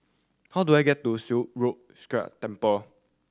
how do I get to Silat Road Sikh Temple